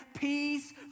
peace